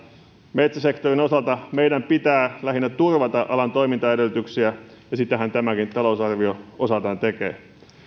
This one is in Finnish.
metsäsektorin osalta meidän pitää lähinnä turvata alan toimintaedellytyksiä ja sitähän tämäkin talousarvio osaltaan tekee